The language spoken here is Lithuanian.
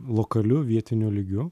lokaliu vietiniu lygiu